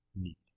need